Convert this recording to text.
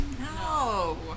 No